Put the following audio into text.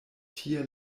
tie